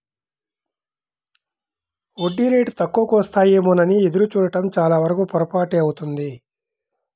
వడ్డీ రేటు తక్కువకు వస్తాయేమోనని ఎదురు చూడడం చాలావరకు పొరపాటే అవుతుంది